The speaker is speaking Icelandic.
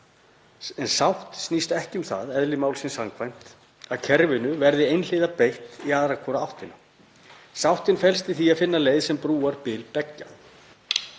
en sátt snýst ekki um það eðli málsins samkvæmt að kerfinu verði einhliða breytt í aðra hvora áttina. Sáttin felst í því að finna leið sem brúar bil beggja.